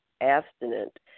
abstinent